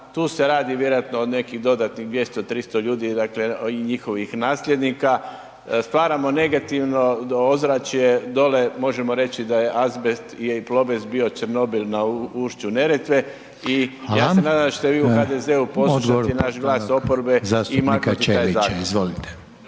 Tu se radi vjerojatno o nekih dodatnih 200, 300 ljudi dakle i njihovih nasljednika. Stvaramo negativno ozračje dole možemo reći da je Azbest je i Plobest bio Černobil na ušću Neretve i ja se nadam da ćete vi u HDZ-u poslušati naš glas oporbe